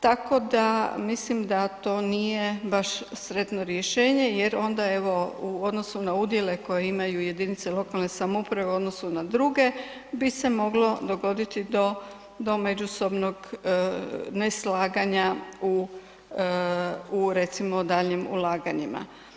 Tako da mislim da to nije baš sretno rješenje jer onda, evo, u odnosu na udjele koje imaju jedinice lokalne samouprave u odnosu na druge bi se moglo dogoditi do međusobnog neslaganja u, recimo daljnjim ulaganjima.